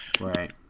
Right